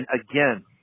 again